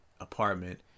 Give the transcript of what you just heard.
apartment